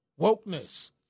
wokeness